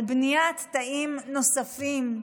על בניית תאים נוספים,